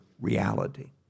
reality